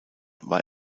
war